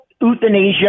euthanasia